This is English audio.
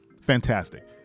fantastic